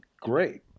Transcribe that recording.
great